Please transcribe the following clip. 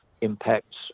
impacts